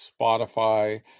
Spotify